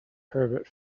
herbert